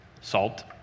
Salt